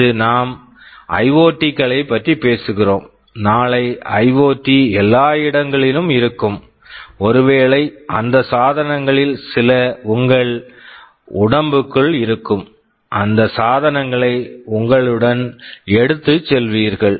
இன்று நாம் IoT IoT களைப் பற்றி பேசுகிறோம் நாளை ஐஓடி IoT எல்லா இடங்களிலும் இருக்கும் ஒருவேளை அந்த சாதனங்களில் சில உங்கள் உடம்புக்குள் இருக்கும் அந்த சாதனங்களை உங்களுடன் எடுத்துச் செல்வீர்கள்